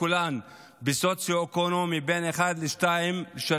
שכולן ברמה סוציו-אקונומית בין 1 ל-3-2,